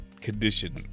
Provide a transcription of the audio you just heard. condition